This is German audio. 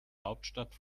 hauptstadt